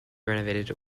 renovated